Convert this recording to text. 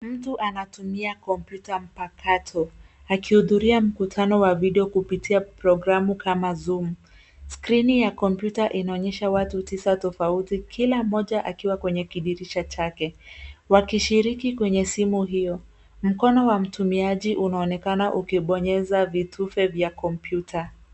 Mtu anatumia kompyuta mpakato akihudhuria mkutano wa video kupitia programu kama zoom . Skrini ya kompyuta inaonyesha watu tisa tofauti kila mmoja akiwa kwenye kidirisha chake wakishiriki kwenye simu hiyo. Mkono wa mtumiaji unaonekana ukibonyeza vitufe vya kompyuta.